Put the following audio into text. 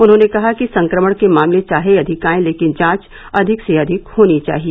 उन्होंने कहा कि संक्रमण के मामले चाहे अधिक आयें लेकिन जांच अधिक से अधिक होनी चाहिए